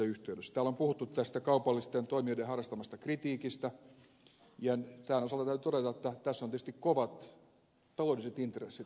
täällä on puhuttu kaupallisten toimijoiden harrastamasta kritiikistä ja tähän on syytä todeta että tässä on tietysti kovat taloudelliset intressit kuvassa mukana